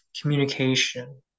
communication